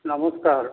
ନମସ୍କାର